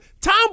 Tom